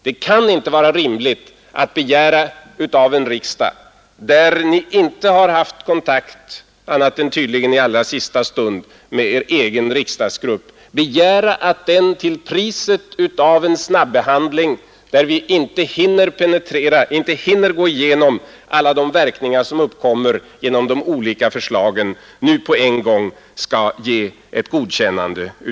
Det kan inte vara rimligt att begära av riksdagen — där regeringen inte har haft kontakt annat än tydligen i allra sista stund med sin egen riksdagsgrupp — att den till priset av en snabbehandling och utan att hinna gå igenom alla de verkningar som uppkommer genom de olika förslagen omedelbart skall ge ett godkännande.